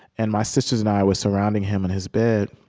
and my sisters and i were surrounding him in his bed,